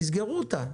תסגרו אותם.